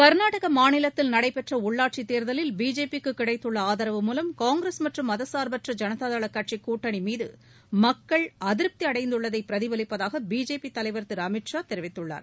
கர்நாடக மாநிலத்தில் நடைபெற்ற உள்ளாட்சித் தேர்தலில் பிஜேபிக்கு கிடைத்துள்ள ஆதரவு மூலம் காங்கிரஸ் மற்றும் மதச்சாய்பற்ற ஜனதாதள கட்சி கூட்டனி மீது மக்கள் அதிருப்தி அடைந்துள்ளதை பிரதிபலிப்பதாக பிஜேபி தலைவர் திரு அமீத் ஷா தெரிவித்துள்ளார்